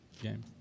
game